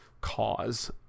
cause